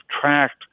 tracked